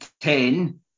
ten